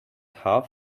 half